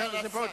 זה על הסף.